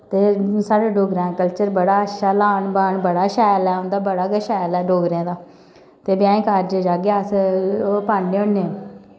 ते साढ़े डोगरें दा कल्चर बड़ा अच्छा लान पाण बड़ा शैल ऐ उं'दा बड़ा गै शैल ऐ डोगरें दा ते ब्याहें कारजें च जाह्गे अस ओह् पान्ने होन्ने